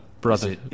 Brother